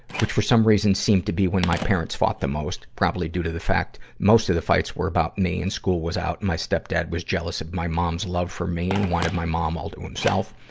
which for some reason seemed to be when my parents fought the most, probably due to the fact most of the fights were about me and school was out and my stepdad was jealous of my mom's love for me and wanted my mom all to himself.